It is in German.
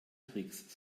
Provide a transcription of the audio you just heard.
tricks